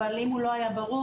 אבל אם זה לא היה ברור,